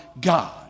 God